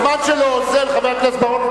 הזמן שלו אוזל, חבר הכנסת אורון.